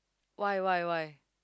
why why why